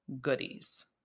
goodies